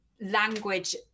language